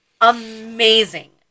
amazing